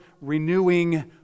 renewing